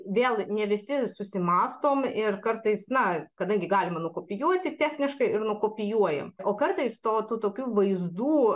vėl ne visi susimąstom ir kartais na kadangi galima nukopijuoti techniškai ir nukopijuojam o kartais to tų tokių vaizdų